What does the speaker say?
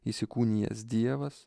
įsikūnijęs dievas